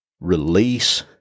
release